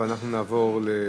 לא, זה ברור לי.